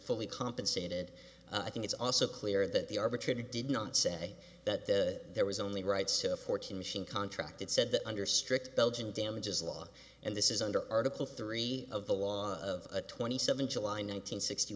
fully compensated i think it's also clear that the arbitrator did not say that the there was only right so fourteen machine contract it said that under strict belgian damages law and this is under article three of the law of twenty seven july nine